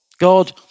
God